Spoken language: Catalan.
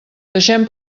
deixem